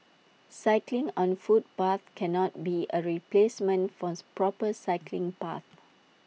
cycling on footpaths cannot be A replacement force proper cycling paths